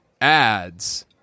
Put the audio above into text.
ads